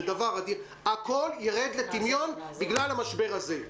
זה דבר אדיר הכול ירד לטמיון בגלל המשבר הזה.